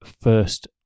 first